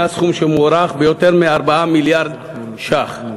סכום שמוערך ביותר מ-4 מיליארד שקלים,